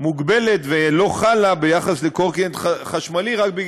מוגבלת ולא חלה על קורקינט חשמלי רק כי